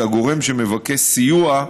שהגורם שמבקש סיוע,